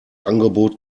angebot